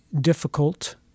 difficult